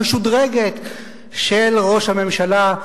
המשודרגת של ראש הממשלה,